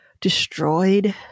destroyed